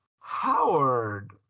Howard